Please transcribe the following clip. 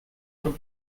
peu